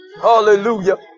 hallelujah